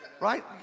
Right